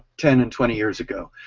ten and twenty years ago.